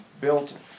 built